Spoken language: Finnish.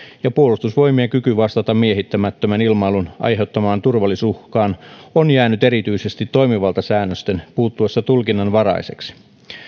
ja puolustusvoimien kyky vastata miehittämättömän ilmailun aiheuttamaan turvallisuusuhkaan on jäänyt erityisesti toimivaltasäännösten puuttuessa tulkinnanvaraiseksi